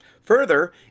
further